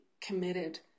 committed